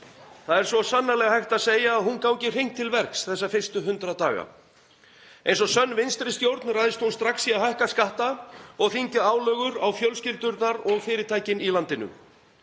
Það er svo sannarlega hægt að segja að hún gangi hreint til verks þessa fyrstu 100 daga. Eins og sönn vinstri stjórn ræðst hún strax í að hækka skatta og þyngja álögur á fjölskyldurnar og fyrirtækin í landinu.